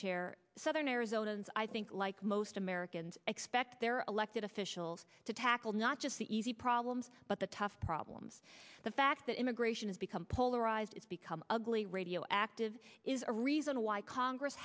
chair southern arizona is i think like most americans expect their elected officials to tackle not just the easy problems but the tough problems the fact that immigration has become polarized it's become ugly radioactive is a reason why congress